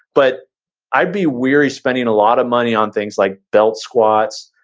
but i'd be weary spending a lot of money on things like belt squats,